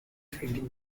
printing